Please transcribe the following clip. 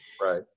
Right